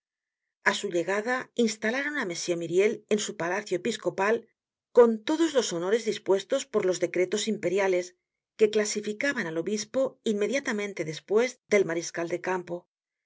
a su llegada instalaron á m myriel en su palacio episcopal on todos los honores dispuestos por los decretos imperiales que clasificaban al obispo inmediatamente despues del mariscal de campo el alcalde y